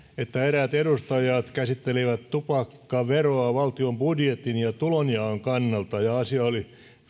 että eräät edustajat käsittelivät tupakkaveroa valtion budjetin ja tulonjaon kannalta ja asia oli